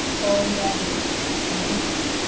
all men and beasts,